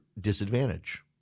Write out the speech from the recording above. disadvantage